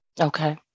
Okay